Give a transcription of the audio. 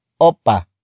OPA